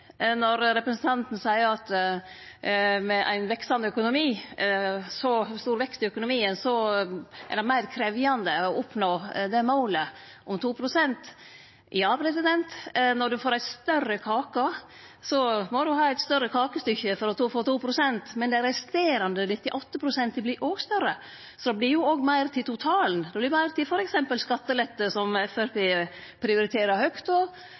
det meir krevjande å nå målet om 2 pst. Ja, når ein får ei større kake, må ein ha eit større kakestykke for å få 2 pst., men dei resterande 98 pst. vert også større. Så det vert meir til totalen. Det vert meir til f.eks. skattelette, som Framstegspartiet prioriterer høgt. Det handlar til sjuande og